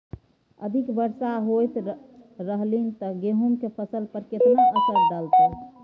अधिक वर्षा होयत रहलनि ते गेहूँ के फसल पर केतना असर डालतै?